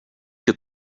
your